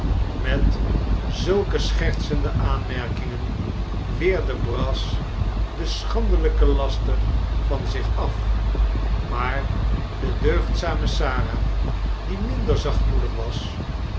met zulke schertsende aanmerkingen weerde brass den schandehjken laster van zich af maar de deugdzame sara die minder zachtmoedig was